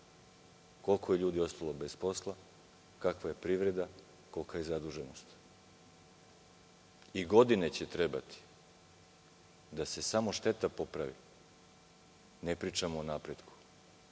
koliko je ljudi ostalo bez posla, kakva je privreda, kolika ke zaduženost. Godine će trebati da se samo šteta popravi, ne pričamo o napretku,